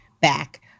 back